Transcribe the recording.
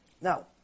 Now